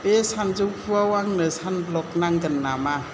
बे सानजौफुआव आंनो सानब्लक नांगोन नामा